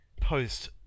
post